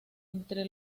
entre